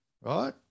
right